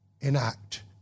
enact